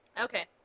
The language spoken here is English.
Okay